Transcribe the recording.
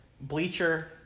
Bleacher